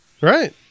Right